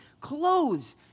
clothes